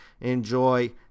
Enjoy